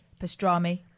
Pastrami